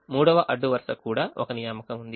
3వ అడ్డు వరుస కూడా ఒక నియామకం ఉంది